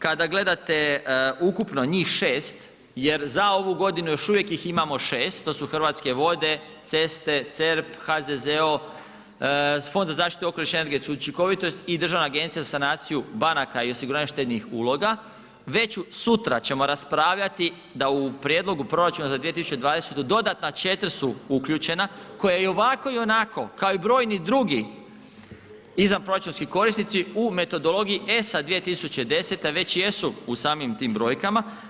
Kada gledate ukupno njih 6 jer za ovu godinu još uvijek ih imamo 6, to su Hrvatske vode, ceste, CERP, HZZO, Fond za zaštitu okoliša i energetsku učinkovitost i Državna agencija za sanaciju banaka i osiguranje štednih uloga, već sutra ćemo raspravljati da u prijedlogu proračuna za 2020. dodatna 4 su uključena koja i ovako i onako kao i brojni drugi izvanproračunski korisnici u metodologiji ESA 2010. već jesu u samim tim brojkama.